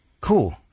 cool